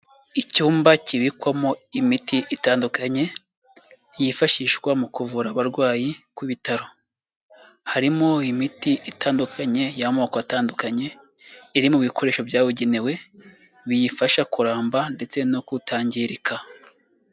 Icyumba kibikwamo imiti itandukanye, yifashishwa mu kuvura abarwayi ku bitaro. Harimo imiti itandukanye y'amoko atandukanye, iri mu bikoresho byabugenewe biyifasha kuramba ndetse no kutangirika.